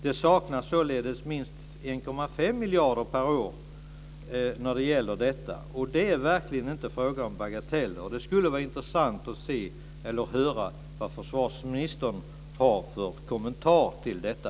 Det saknas således minst 1,5 miljarder per år. Det är verkligen inte fråga om bagateller. Det skulle vara intressant att höra vad försvarsministern har för kommentar till detta.